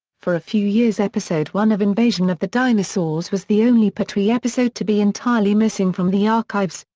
for a few years episode one of invasion of the dinosaurs was the only pertwee episode to be entirely missing from the archives,